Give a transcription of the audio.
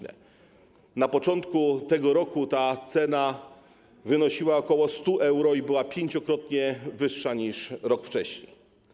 Na początku tego roku ta cena wynosiła ok. 100 euro i była pięciokrotnie wyższa niż rok wcześniej.